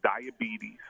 diabetes